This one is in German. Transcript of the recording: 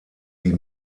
die